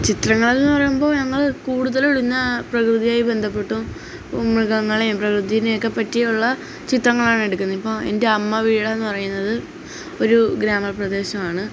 ചിത്രങ്ങളിൽ എന്നു പറയുമ്പോൾ ഞങ്ങൾ കൂടുതലും ഇടുന്ന പ്രകൃതിയായി ബന്ധപ്പെട്ടും മൃഗങ്ങളെയും പ്രകൃതിയിനെയൊക്കെപ്പറ്റിയുള്ള ചിത്രങ്ങളാണ് എടുക്കുന്നത് ഇപ്പം എൻ്റെ അമ്മ വീടെന്ന് പറയുന്നത് ഒരു ഗ്രാമപ്രദേശമാണ്